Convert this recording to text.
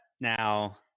now